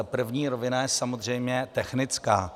První rovina je samozřejmě technická.